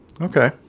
Okay